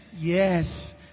Yes